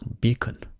beacon